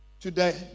Today